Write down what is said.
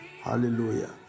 Hallelujah